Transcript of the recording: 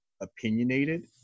opinionated